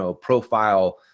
profile